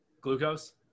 Glucose